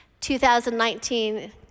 2019